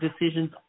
decisions